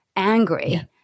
Angry